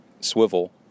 swivel